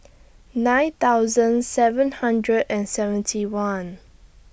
nine thousand seven hundred and seventy one